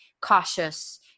cautious